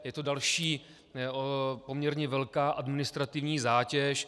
Je to další poměrně velká administrativní zátěž.